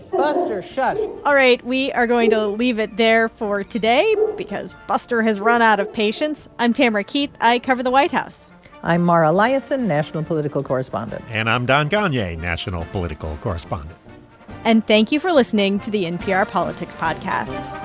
buster, shush all right. we are going to leave it there for today because buster has run out of patience. i'm tamara keith. i cover the white house i'm mara liasson, national political correspondent and i'm don gonyea, national political correspondent and thank you for listening to the npr politics podcast